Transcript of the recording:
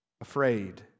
afraid